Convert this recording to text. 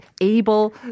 able